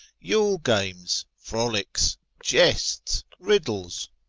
yule-games, frolics, jests, riddles,